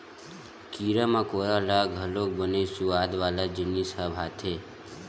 कीरा मकोरा ल घलोक बने सुवाद वाला जिनिस ह भाथे